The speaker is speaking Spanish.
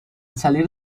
salir